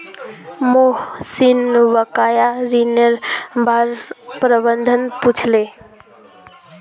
मोहनीश बकाया ऋनेर बार प्रबंधक पूछले